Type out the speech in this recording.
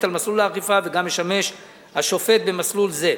על מסלול האכיפה וגם משמש השופט במסלול זה.